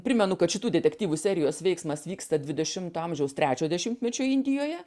primenu kad šitų detektyvų serijos veiksmas vyksta dvidešimto amžiaus trečio dešimtmečio indijoje